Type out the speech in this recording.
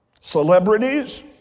Celebrities